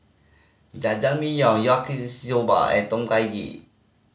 Jajangmyeon Yaki Soba and Tom Kha Gai